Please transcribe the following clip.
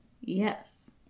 Yes